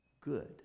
good